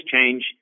change